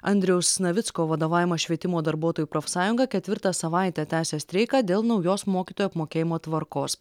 andriaus navicko vadovaujama švietimo darbuotojų profsąjunga ketvirtą savaitę tęsia streiką dėl naujos mokytojų apmokėjimo tvarkos